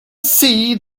see